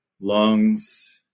lungs